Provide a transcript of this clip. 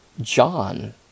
John